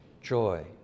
joy